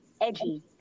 edgy